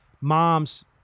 mom's